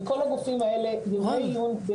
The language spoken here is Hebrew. עם כל הגופים האלה ימי עיון,